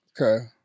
Okay